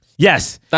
Yes